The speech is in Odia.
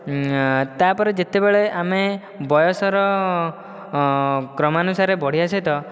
ତାପରେ ଯେତେବେଳେ ଆମେ ବୟସର କ୍ରମାନୁସାରେ ବଢ଼ିବା ସହିତ